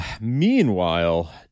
Meanwhile